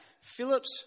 philip's